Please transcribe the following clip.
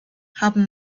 haben